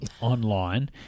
online